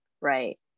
right